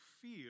feel